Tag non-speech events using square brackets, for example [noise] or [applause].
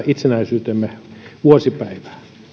[unintelligible] itsenäisyytemme vuosipäivää